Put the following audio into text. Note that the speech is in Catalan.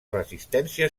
resistència